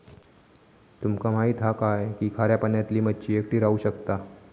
तुमका माहित हा काय की खाऱ्या पाण्यातली मच्छी एकटी राहू शकता